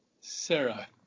Sarah